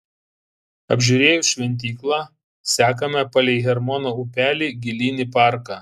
apžiūrėjus šventyklą sekame palei hermono upelį gilyn į parką